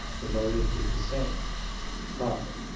the motive is the same profit.